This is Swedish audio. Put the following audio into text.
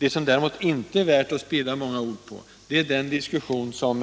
Vad som däremot inte är värt att spilla många ord på, är den diskussion som